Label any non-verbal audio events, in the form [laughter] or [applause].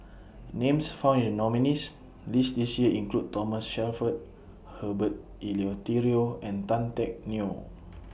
Names found in nominees' list This Year include Thomas Shelford Herbert Eleuterio and Tan Teck Neo [noise]